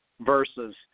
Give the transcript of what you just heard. versus